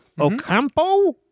Ocampo